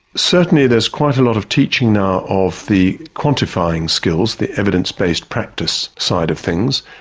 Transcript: certainly there's quite a lot of teaching now of the quantifying skills, the evidence-based practice side of things,